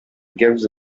gives